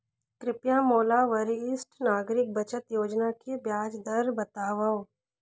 कृपया मोला वरिष्ठ नागरिक बचत योजना के ब्याज दर बतावव